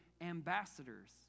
ambassadors